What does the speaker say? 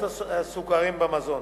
הסוכרים במזון.